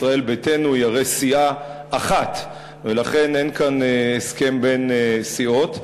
ישראל ביתנו היא הרי סיעה אחת ולכן אין כאן הסכם בין סיעות.